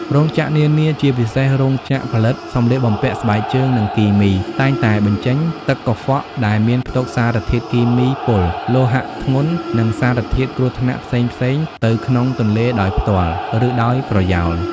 រោងចក្រនានា ជាពិសេសរោងចក្រផលិតសម្លៀកបំពាក់ ស្បែកជើង និងគីមី តែងតែបញ្ចេញទឹកកខ្វក់ដែលមានផ្ទុកសារធាតុគីមីពុល លោហៈធ្ងន់ និងសារធាតុគ្រោះថ្នាក់ផ្សេងៗទៅក្នុងទន្លេដោយផ្ទាល់ ឬដោយប្រយោល។